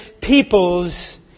peoples